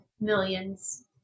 millions